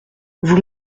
vous